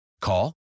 call